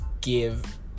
give